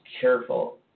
careful